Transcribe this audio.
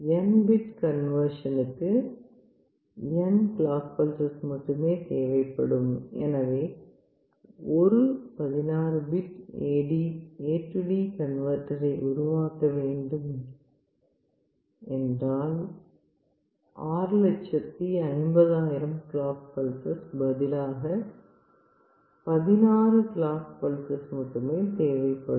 n bit கன்வர்ஷனுக்கு n clock pulses மட்டுமே தேவைப்படும் எனவே ஒரு16 பிட் AD கன்வர்ட்டரை உருவாக்க 65000 கிளாக் பல்ஸஸ் பதிலாக 16 கிளாக் பல்ஸஸ் மட்டுமே தேவைப்படும்